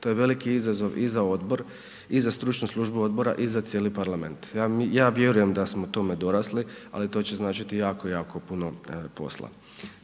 To je veliki izazov i za odbor i za stručnu službu odbora i za cijeli parlament. Ja vjerujem da smo tome dorasli, ali to će značiti jako, jako puno posla.